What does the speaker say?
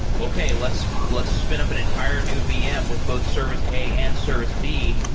okay, let's let's spin up an entire new vm with both service a and service b,